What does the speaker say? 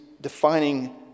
defining